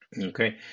Okay